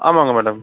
ஆமாங்க மேடம்